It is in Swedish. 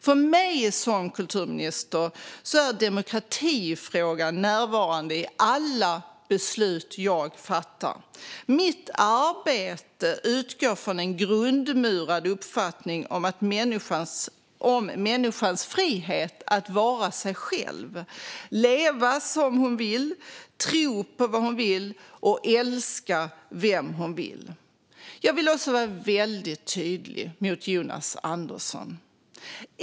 För mig som kulturminister är demokratifrågan närvarande i alla beslut jag fattar. Mitt arbete utgår från en grundmurad uppfattning om människans frihet att vara sig själv, leva som hon vill, tro på vad hon vill och älska vem hon vill. Jag vill också vara väldigt tydlig mot Jonas Andersson.